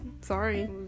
Sorry